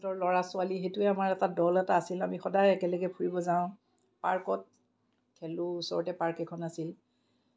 হঁতৰ ল'ৰা ছোৱালী সেইটোৱে আমাৰ এটা দল এটা আছিল আমি সদায়ে একেলগে ফুৰিব যাওঁ পাৰ্কত খেলোঁ ওচৰতে পাৰ্ক এখন আছিলে